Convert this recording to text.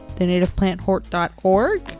thenativeplanthort.org